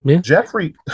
jeffrey